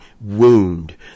wound